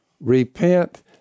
repent